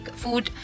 food